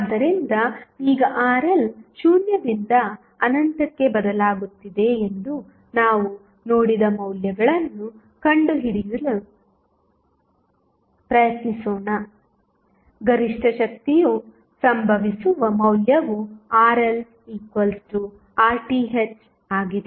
ಆದ್ದರಿಂದ ಈಗ RL 0 ರಿಂದ ಅನಂತಕ್ಕೆ ಬದಲಾಗುತ್ತಿದೆ ಎಂದು ನಾವು ನೋಡಿದ ಮೌಲ್ಯಗಳನ್ನು ಕಂಡುಹಿಡಿಯಲು ಪ್ರಯತ್ನಿಸೋಣ ಗರಿಷ್ಠ ಶಕ್ತಿಯು ಸಂಭವಿಸುವ ಮೌಲ್ಯವು RL RTh ಆಗಿದೆ